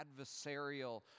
adversarial